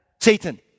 Satan